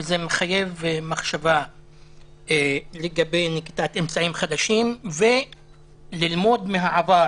וזה מחייב מחשבה לגבי נקיטת אמצעים חדשים וללמוד מהעבר,